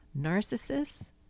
narcissists